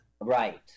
Right